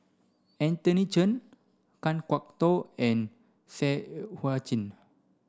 Anthony Chen Kan Kwok Toh and Seah Chin